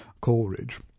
Coleridge